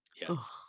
yes